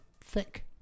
thick